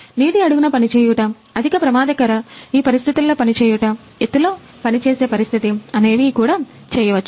నీటి అడుగున పని చేయుట అధిక ప్రమాదకర ఈ పరిస్థితుల్లో పనిచేయుట ఎత్తులో పని చేసే పరిస్థితి అనేవి కూడా చేయవచ్చు